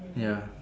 ya